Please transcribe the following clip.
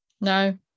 no